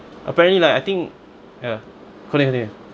apparently like I think ya continue continue